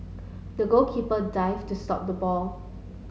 the goalkeeper dived to stop the ball